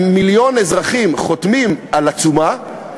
אם מיליון אזרחים חותמים על עצומה,